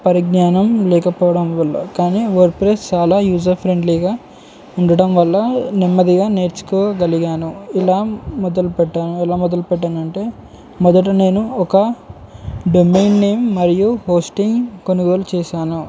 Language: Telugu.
పరిజ్ఞానం లేకపోవడం వల్ల కానీ వర్ప్రెస్ చాలా యూజర్ ఫ్రెండ్లీగా ఉండడం వల్ల నెమ్మదిగా నేర్చుకోగలిగాను ఇలా మొదలుపట్టాను ఇలా మొదలు పెట్టానంటే మొదట నేను ఒక డొమైన్డ్ నేమ్ మరియు పోస్టింగ్ కొనుగోలు చేశాను